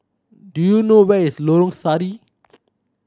do you know where is Lorong Sari